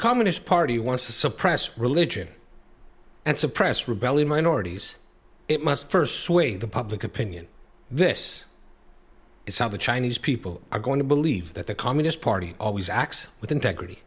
communist party wants to suppress religion and suppress rebellion minorities it must first sway the public opinion this is how the chinese people are going to believe that the communist party always acts with integrity